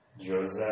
Joseph